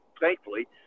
thankfully